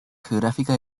geográfica